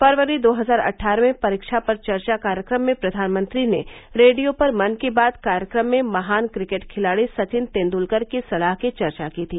फरवरी दो हजार अट्ठारह में परीक्षा पर चर्चा कार्यक्रम में प्रधानमंत्री ने रेडियो पर मन की बात कार्यक्रम में महान् क्रिकेट खिलाड़ी सचिन तेंदुलकर की सलाह की चर्चा की थी